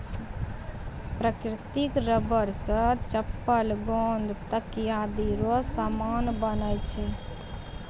प्राकृतिक रबर से चप्पल गेंद तकयादी रो समान बनै छै